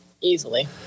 Easily